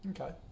Okay